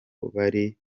bari